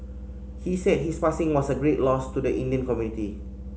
he said his passing was a great loss to the Indian community